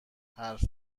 حرف